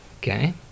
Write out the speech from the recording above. Okay